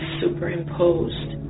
superimposed